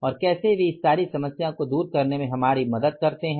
और कैसे वे इस सारी समस्या को दूर करने में हमारी मदद करते हैं